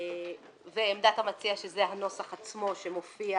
ועמדת המציע, שזה הנוסח עצמו שמופיע